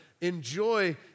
enjoy